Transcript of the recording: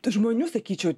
tų žmonių sakyčiau